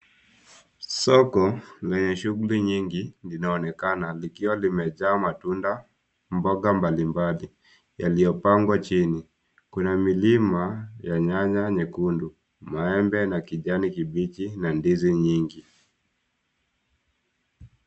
Soko lenye shughuli nyingi linaonekana likiwa limejaa matunda, mboga mbali mbali yaliyopangwa chini. Kuna milima ya nyanya nyekundu, maembe ya kijani kibichi na ndizi nyingi.